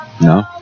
No